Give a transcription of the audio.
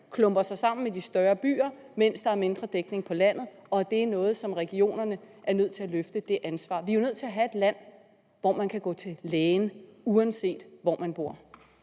klumper sig sammen i de større byer, mens der er mindre dækning på landet, og at det er et ansvar, som regionerne er nødt til at løfte? Vi er jo nødt til at have et land, hvor man kan gå til lægen, uanset hvor man bor.